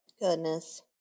Goodness